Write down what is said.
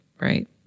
Right